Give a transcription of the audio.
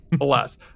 alas